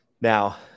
Now